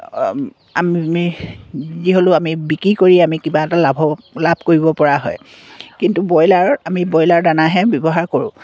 আমি যি হ'লেও আমি বিক্ৰী কৰি আমি কিবা এটা লাভ লাভ কৰিব পৰা হয় কিন্তু ব্ৰইলাৰৰ আমি ব্ৰইলাৰৰ দানাহে ব্যৱহাৰ কৰোঁ